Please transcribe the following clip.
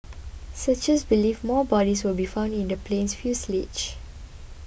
searchers believe more bodies will be found in the plane's fuselage